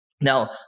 Now